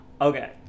okay